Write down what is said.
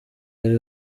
hari